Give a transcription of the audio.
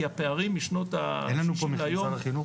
כי הפערים --- אין לנו פה נציגים ממשרד החינוך?